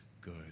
good